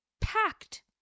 packed